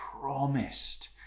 promised